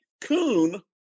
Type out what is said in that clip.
coon